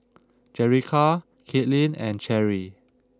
Jerica Kaitlyn and Cherri